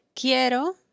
quiero